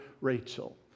Rachel